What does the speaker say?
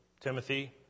Timothy